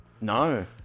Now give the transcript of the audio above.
no